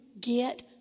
get